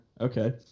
Okay